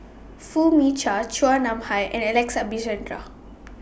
Foo Mee Har Chua Nam Hai and Alex Abisheganaden